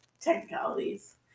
Technicalities